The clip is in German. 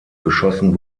geschossen